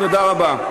תודה רבה.